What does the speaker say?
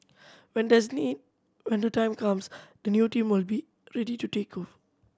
when there's a need when the time comes the new team will be ready to take of